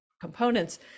components